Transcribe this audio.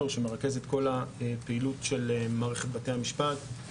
שמרכז את כל הפעילות של מערכת בתי המשפט.